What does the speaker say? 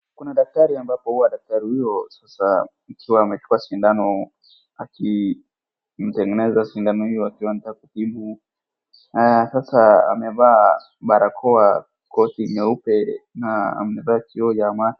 Kuna daktari ambapo huwa daktari huyu sasa akiwa ameshika sindano akitengeneza sindani hio akiwa anataka kutibu, haya sasa amevaa barakoa, koti nyeupe na amevaa kioo ya macho.